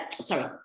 sorry